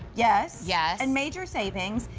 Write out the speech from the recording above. yes. yeah and major savings.